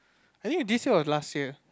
I think this year or last year